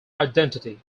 identity